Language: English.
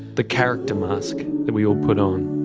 the character mask that we all put on,